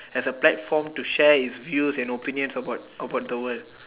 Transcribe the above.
as a platform to share his views and opinions about about the world